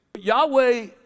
Yahweh